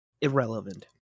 Irrelevant